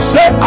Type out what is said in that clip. Say